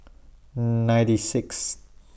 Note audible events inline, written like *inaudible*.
*hesitation* ninety Sixth